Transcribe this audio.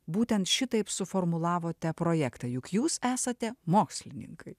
būtent šitaip suformulavote projektą juk jūs esate mokslininkai